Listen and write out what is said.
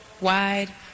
wide